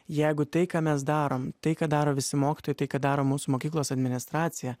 jeigu tai ką mes darom tai ką daro visi mokytojai tai ką daro mūsų mokyklos administracija